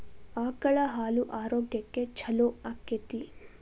ಆಕಳ ಹಾಲು ಆರೋಗ್ಯಕ್ಕೆ ಛಲೋ ಆಕ್ಕೆತಿ?